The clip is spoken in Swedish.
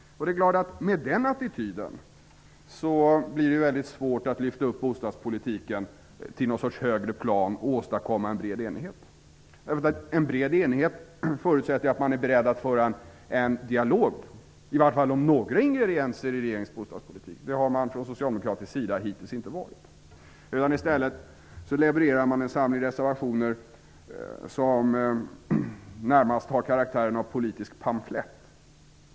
Det är klart att det blir väldigt svårt att lyfta upp bostadspolitiken till ett högre plan och åstadkomma en bred enighet med den attityden. En bred enighet förutsätter att man är beredd att föra en dialog om åtminstone några ingredienser i regeringens bostadspolitik. Det har man från socialdemokratisk sida hittills inte varit. I stället levererar man en samling reservationer som närmast har karaktären av politisk pamflett.